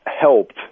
helped